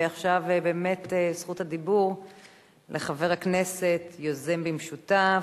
ועכשיו באמת זכות הדיבור לחבר הכנסת היוזם במשותף,